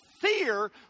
fear